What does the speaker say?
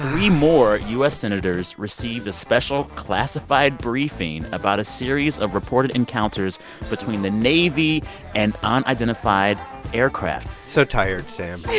three more u s. senators received a special classified briefing about a series of reported encounters between the navy and unidentified aircraft so tired, sam. yeah